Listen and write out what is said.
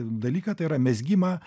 dalyką tai yra mezgimą